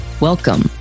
Welcome